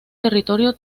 territorio